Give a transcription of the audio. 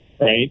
right